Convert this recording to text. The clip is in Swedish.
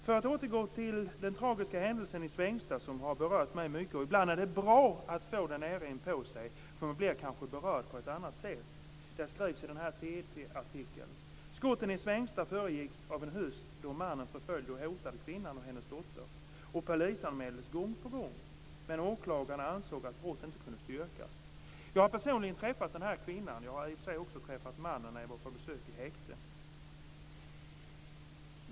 Jag skall återgå till den tragiska händelsen i Svängsta. Den har berört mig mycket. Ibland är det bra att sådant här händer nära inpå en. Då blir man kanske berörd på ett annat sätt. I en TT-artikel står det att skotten i Svängsta föregicks av en höst då mannen förföljde och hotade kvinnan och hennes dotter. Han polisanmäldes gång på gång, men åklagarna ansåg att brott inte kunde styrkas. Jag har personligen träffat den här kvinnan; jag har i och för sig också träffat mannen när jag var på besök i häktet.